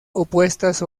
opuestas